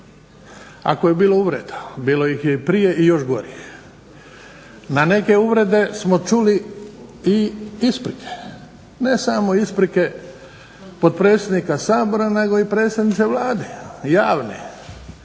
ako je bilo uvreda, bilo ih je i prije i još gore, na neke uvrede smo čuli i isprike. Ne samo isprike potpredsjednika Sabora nego i predsjednice Vlade javne.